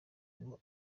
ngo